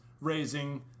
raising